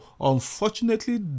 unfortunately